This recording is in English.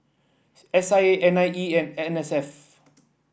S I A N I E and N S F